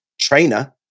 trainer